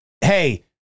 hey